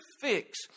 fix